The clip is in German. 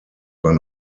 man